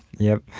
yep.